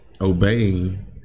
obeying